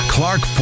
Clark